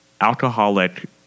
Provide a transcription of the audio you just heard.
alcoholic